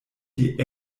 die